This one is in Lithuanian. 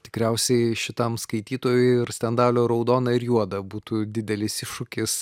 tikriausiai šitam skaitytojui ir stendalio raudona ir juoda būtų didelis iššūkis